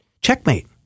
Checkmate